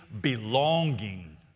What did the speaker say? belonging